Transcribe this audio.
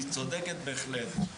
היא צודקת בהחלט.